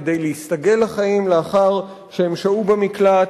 כדי להסתגל לחיים לאחר שהן שהו במקלט.